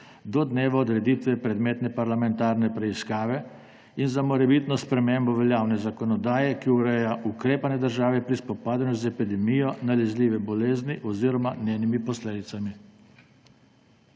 do dneva odreditve predmetne parlamentarne preiskave in za morebitno spremembo veljavne zakonodaje, ki ureja ukrepanje države pri spopadanju z epidemijo nalezljive bolezni oziroma njenimi posledicami.